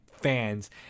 Fans